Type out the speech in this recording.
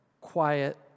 quiet